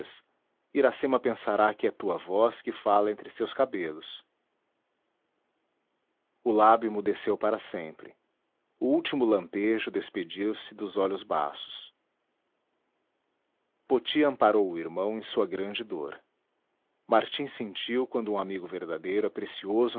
iracema pensará que é tua voz que fala entre seus cabelos o lábio emudeceu para sempre o último lampejo despediu-se dos olhos baços poti amparou o irmão em sua grande dor martim sentiu quanto um amigo verdadeiro é precioso